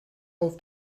auf